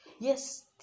Yes